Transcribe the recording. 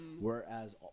whereas